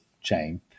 chain